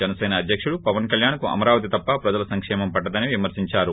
జనసేన అధ్యకుడు పవన్ కళ్యాణ్కు అమరావతి తప్ప ప్రజల సంక్షేమం పట్లదని విమర్పించారు